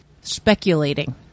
speculating